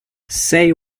say